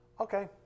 Okay